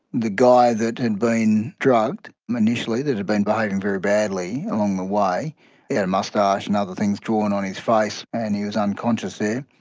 the guy that had been drugged initially, that had been behaving very badly along the way, he had a moustache and other things drawn on his face and he was unconscious there.